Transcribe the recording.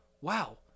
Wow